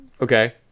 okay